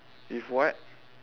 if what